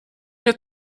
mir